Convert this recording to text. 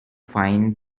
find